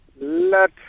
let